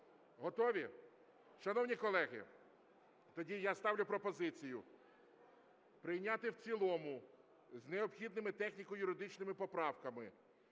Готові? Шановні колеги, тоді я ставлю пропозицію прийняти в цілому з необхідними техніко-юридичними поправками